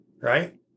Right